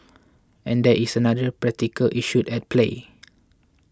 and there is another practical issue at play